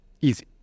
Easy